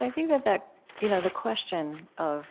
i think that that you know the question of,